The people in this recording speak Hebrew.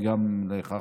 וגם לך,